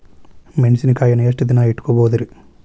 ಮೆಣಸಿನಕಾಯಿನಾ ಎಷ್ಟ ದಿನ ಇಟ್ಕೋಬೊದ್ರೇ?